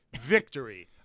victory